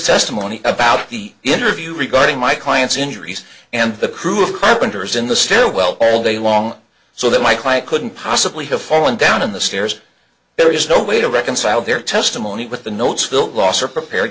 testimony about the interview regarding my client's injuries and the crew of carpenters in the stairwell all day long so that my client couldn't possibly have fallen down on the stairs there is no way to reconcile their testimony with the notes built losser prepared